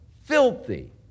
filthy